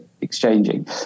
exchanging